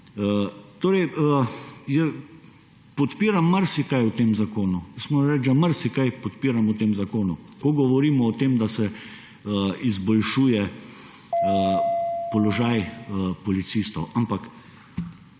alarm. Podpiram marsikaj v tem zakonu. Jaz moram reči, da marsikaj podpiram v tem zakonu, ko govorimo o tem, da se izboljšuje položaj policistov, ampak